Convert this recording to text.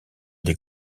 des